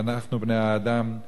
ואנחנו בני האדם,